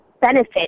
benefit